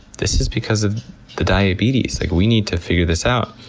this is because of the diabetes. like we need to figure this out.